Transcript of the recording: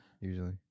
usually